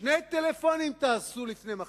שני טלפונים תעשו לפני מחר.